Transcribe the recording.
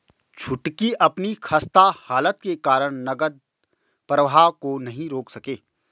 छुटकी अपनी खस्ता हालत के कारण नगद प्रवाह को नहीं रोक सके